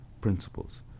principles